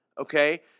okay